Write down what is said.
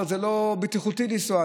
זה לא בטיחותי לנסוע.